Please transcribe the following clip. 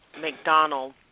McDonald